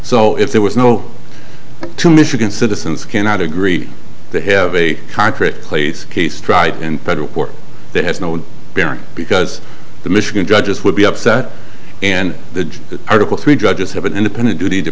so if there was no two michigan citizens cannot agree to have a contract place case tried in federal court that has no bearing because the michigan judges would be upset and the article three judges have an independent duty to